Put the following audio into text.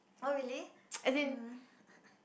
oh really um